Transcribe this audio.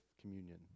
communion